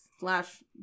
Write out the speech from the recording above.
Slash